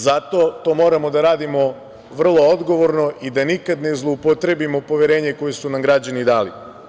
Zato to moramo da radimo vrlo odgovorno i da nikad ne zloupotrebimo poverenje koje su nam građani dali.